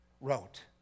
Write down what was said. Wrote